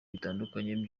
bitandukanye